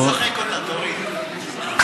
אל תשחק אותה, תוריד.